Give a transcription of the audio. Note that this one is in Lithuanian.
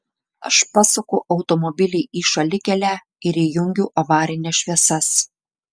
aš pasuku automobilį į šalikelę ir įjungiu avarines šviesas